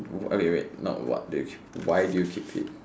oh wait not what they why do you keep fit